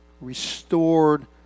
restored